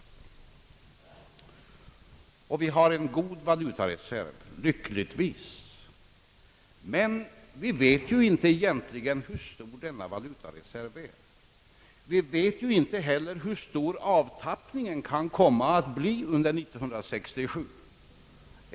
Lyckligtvis har vi en god valutareserv, men vi vet egentligen inte hur stor den är. Vi vet heller inte hur stor avtappningen kan komma att bli under 1967.